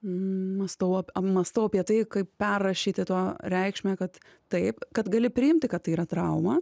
mąstau mąstau apie tai kaip perrašyti tą reikšmę kad taip kad gali priimti kad tai yra trauma